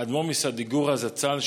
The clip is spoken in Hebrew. האדמו"ר מסדיגורה זצ"ל,